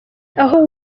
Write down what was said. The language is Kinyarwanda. aho